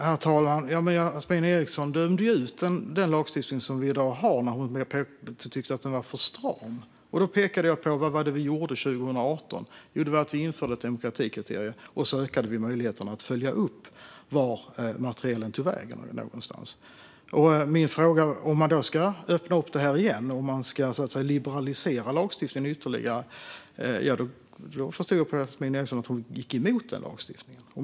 Herr talman! Yasmine Eriksson dömde ut den lagstiftning som vi i dag har och tyckte att den var för stram. Då pekade jag på vad det var vi gjorde 2018. Vi införde ett demokratikriterium och ökade möjligheterna att följa upp vart materielen tar vägen. Vill Sverigedemokraterna öppna upp det här igen och liberalisera lagstiftningen? Jag förstod på Yasmine Eriksson att hon gick emot den lagstiftningen.